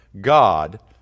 God